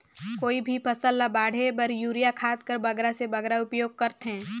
कोई भी फसल ल बाढ़े बर युरिया खाद कर बगरा से बगरा उपयोग कर थें?